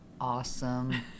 awesome